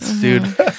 dude